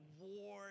war